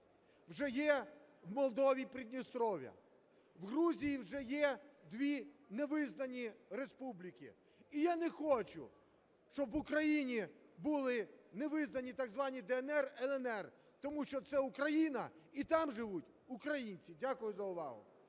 Вже є у Молдові Придністров'я, в Грузії вже є дві невизнані республіки. І я не хочу, щоб в України були невизнані так звані "ДНР", "ЛНР", тому що це Україна і там живуть українці. Дякую за увагу.